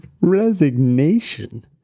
resignation